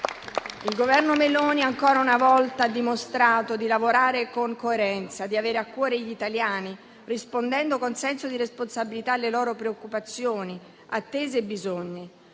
Il Governo Meloni ancora una volta ha dimostrato di lavorare con coerenza, di avere a cuore gli italiani, rispondendo con senso di responsabilità alle loro preoccupazioni, attese e bisogni.